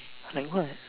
like what